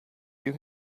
you